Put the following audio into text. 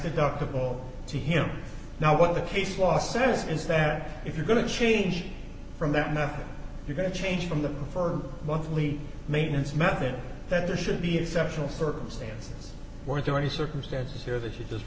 deductible to him now what the case law says is that if you're going to change from that method you're going to change from the preferred monthly maintenance method that there should be exceptional circumstances were there any circumstances here that you just